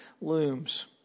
looms